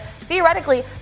theoretically